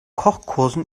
kochkursen